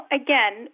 again